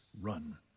run